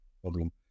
problem